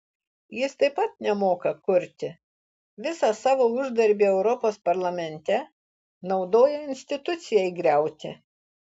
jis taip pat nemoka kurti visą savo uždarbį europos parlamente naudoja institucijai griauti